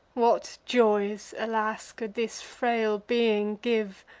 what joys, alas! could this frail being give,